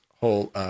whole